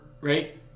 right